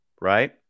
Right